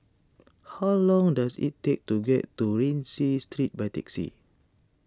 how long does it take to get to Rienzi Street by taxi